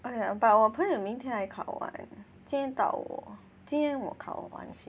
okay but 我朋友明天才考完今天到我今天我考完先